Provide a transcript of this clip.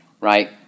right